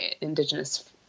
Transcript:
indigenous